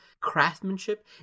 craftsmanship